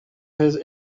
his